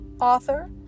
author